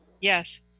Yes